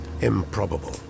Improbable